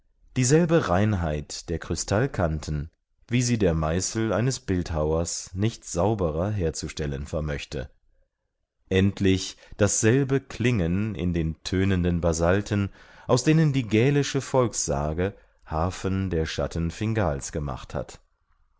dieselbe reinheit der krystallkanten wie sie der meißel eines bildhauers nicht sauberer herzustellen vermöchte endlich dasselbe klingen in den tönenden basalten aus denen die galische volkssage harfen der schatten fingal's gemacht hat